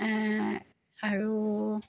আৰু